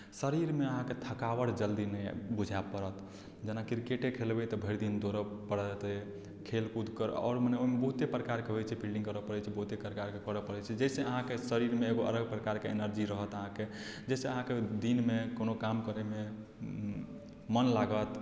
शरीरमे अहाँके थकावट जल्दी नहि आबि बुझाए पड़त जेनाकि क्रिकेटे खेलेबै तऽ भरि दिन दौड़य पड़तै खेल कूद कर आओर मने बहुते प्रकारके होइत छै फील्डिंग करय पड़ैत छै बहुते प्रकारके करय पड़ैत छै जाहिसँ अहाँक शरीरमे एगो अलग प्रकारके एनर्जी रहत अहाँकेँ जाहिसँ अहाँकेँ दिनमे कोनो काम करयमे मोन लागत